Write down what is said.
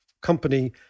company